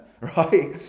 Right